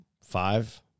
five